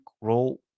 role